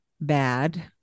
bad